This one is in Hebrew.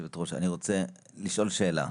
יושבת הראש, אני רוצה לשאול שאלה.